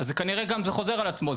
אז כנראה גם זה חוזר על עצמו.